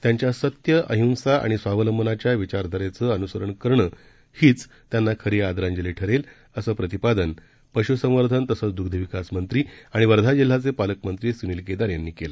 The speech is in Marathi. त्यांच्या सत्य अहिंसा आणि स्वावलंबनाच्या विचारधारेचं अनुसरण करणं हीच त्यांना खरी आदरांजली ठरेलं असं प्रतिपादन राज्याचे पशू संवर्धन तसंच दृग्ध विकास मंत्री आणि वर्धा जिल्ह्याचे पालकमंत्री सुनील केदार यांनी केलं